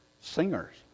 Singers